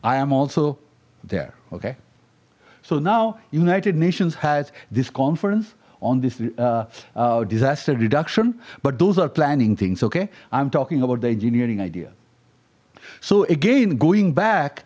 am also there okay so now united nations has this conference on this disaster reduction but those are planning things okay i'm talking about the engineering idea so again going back